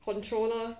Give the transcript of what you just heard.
controller